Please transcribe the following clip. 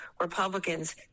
Republicans